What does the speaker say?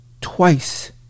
twice